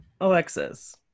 Alexis